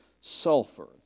sulfur